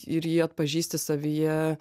ir jį atpažįsti savyje